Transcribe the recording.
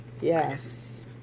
Yes